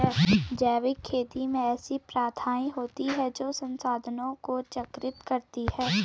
जैविक खेती में ऐसी प्रथाएँ होती हैं जो संसाधनों को चक्रित करती हैं